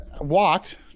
walked